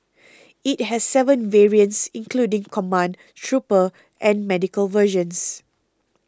it has seven variants including command trooper and medical versions